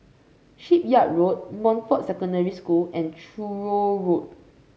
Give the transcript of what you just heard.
Shipyard Road Montfort Secondary School and Truro Road